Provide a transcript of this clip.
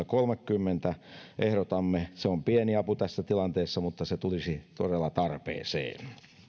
kolmekymmentä on pieni apu tässä tilanteessa mutta se tulisi todella tarpeeseen